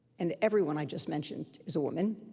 and everyone i just mentioned is a woman,